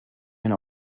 been